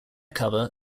cover